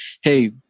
Hey